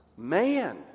man